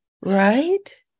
right